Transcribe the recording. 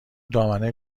دامنه